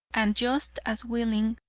and just as willing,